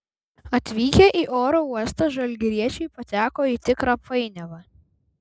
atvykę į oro uostą žalgiriečiai pateko į tikrą painiavą